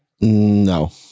No